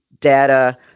data